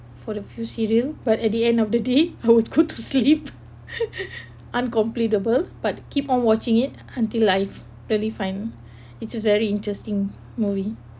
for the full serial but at the end of the day I go to sleep uncompletable but keep on watching it until I've really find it's a very interesting movie